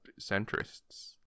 centrists